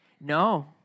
No